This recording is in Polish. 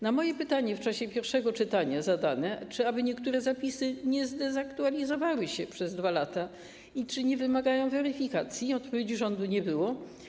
Na moje pytanie zadane w czasie pierwszego czytania, czy niektóre zapisy nie zdezaktualizowały się przez 2 lata i czy nie wymagają weryfikacji, odpowiedzi rządu nie było.